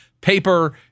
paper